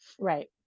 Right